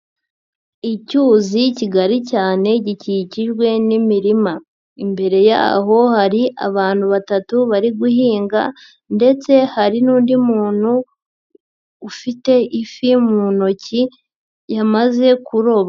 Icyuzi kigari cyane gikikijwe n'imirima, imbere y'aho hari abantu batatu bari guhinga ndetse hari n'undi muntu ufite ifi mu ntoki yamaze kuroba.